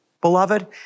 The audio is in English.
beloved